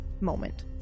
moment